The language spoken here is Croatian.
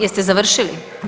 Jeste završili?